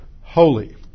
holy